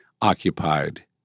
occupied